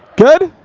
good?